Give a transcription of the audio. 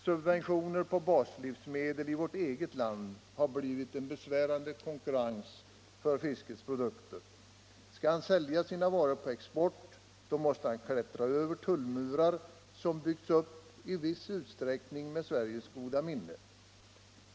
Subventioner på baslivs medel i vårt eget land har skapat en besvärande konkurrens för fiskets produkter. Skall fiskaren sälja sina varor på export, måste han klättra över tullmurar som byggts upp, i viss utsträckning med Sveriges goda minne.